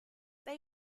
they